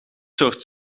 soort